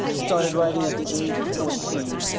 started writing at the age of fourteen.